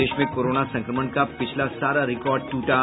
प्रदेश में कोरोना संक्रमण का पिछला सारा रिकॉर्ड टूटा